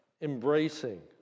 embracing